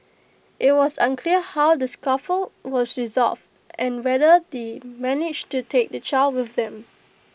IT was unclear how the scuffle was resolved and whether they managed to take the child with them